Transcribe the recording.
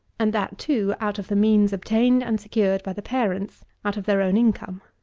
and that, too, out of the means obtained and secured by the parents out of their own income.